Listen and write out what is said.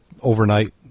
overnight